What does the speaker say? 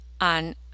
on